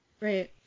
Right